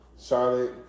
Charlotte